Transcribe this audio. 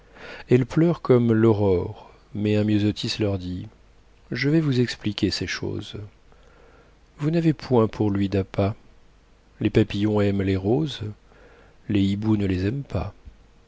elles pleurent comme l'aurore mais un myosotis leur dit je vais vous expliquer ces choses vous n'avez point pour lui d'appas les papillons aiment les roses les hiboux ne les aiment pas